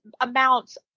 amounts